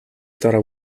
дараа